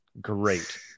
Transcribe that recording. Great